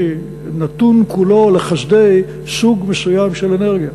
נתון כולו לחסדי סוג מסוים של אנרגיה.